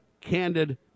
candid